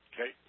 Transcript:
okay